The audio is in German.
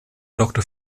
doktor